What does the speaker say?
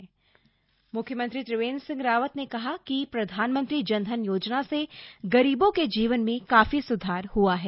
जनधन योजना म्ख्यमंत्री त्रिवेन्द्र सिंह रावत ने कहा है कि प्रधानमंत्री जन धन योजना से गरीबों के जीवन में काफी सुधार हुआ है